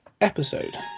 episode